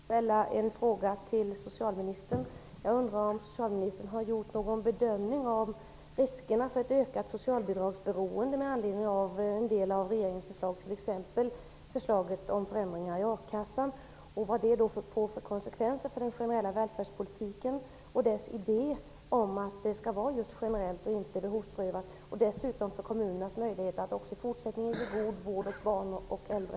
Herr talman! Jag vill ställa en fråga till socialministern. Jag undrar om socialministern har gjort någon bedömning av riskerna för ett utökat socialbidragsberoende med anledning av en del av regeringens förslag, t.ex. förslaget om förändringar i arbetslöshetsförsäkringen. Vilka konsekvenser får dessa för den generella välfärdspolitiken -- idén är ju att den skall vara generell och inte behovsprövad -- och för kommunernas möjligheter att också i fortsättningen ge god vård åt barn och äldre?